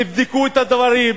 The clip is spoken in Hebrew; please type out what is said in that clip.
תבדקו את הדברים,